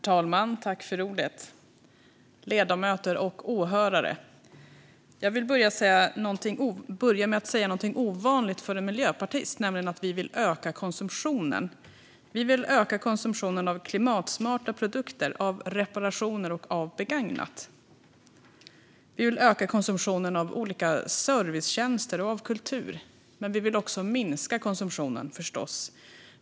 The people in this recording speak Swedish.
Herr talman! Ledamöter och åhörare! Jag vill börja med att säga något ovanligt för en miljöpartist: Vi vill öka konsumtionen. Vi vill öka konsumtionen av klimatsmarta produkter, av reparationer och av begagnat. Vi vill öka konsumtionen av olika servicetjänster och av kultur. Men vi vill förstås också minska konsumtionen.